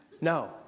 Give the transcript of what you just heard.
No